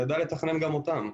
נדע לתכנן גם אותן.